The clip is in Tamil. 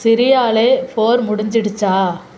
சிரியாவிலே போர் முடிஞ்சுடிச்சா